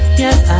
yes